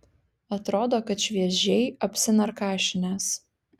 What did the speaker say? atrodo kad šviežiai apsinarkašinęs